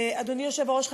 אדוני היושב-ראש,